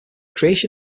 creation